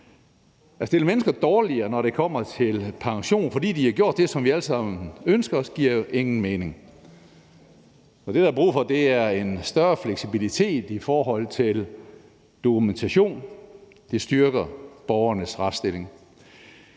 At stille mennesker dårligere, når det kommer til pension, fordi de har gjort det, som vi alle sammen ønsker os, giver ingen mening. Så det, der er brug for, er en større fleksibilitet i forhold til dokumentation. Det styrker borgernes retsstilling.